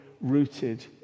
rooted